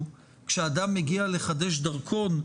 היה שווה שכאשר אדם מגיע לחדש דרכון,